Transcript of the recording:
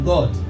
God